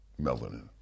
Melanin